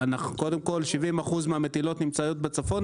70% מהמטילות נמצאות בצפון,